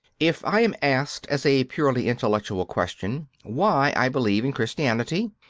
if i am asked, as a purely intellectual question, why i believe in christianity,